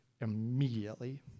immediately